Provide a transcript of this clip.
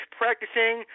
practicing